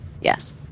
Yes